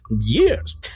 years